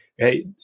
Right